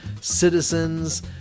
Citizens